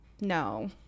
no